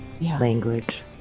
language